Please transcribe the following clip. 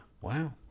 Wow